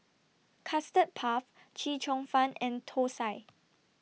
Custard Puff Chee Cheong Fun and Thosai